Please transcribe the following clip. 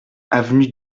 avenue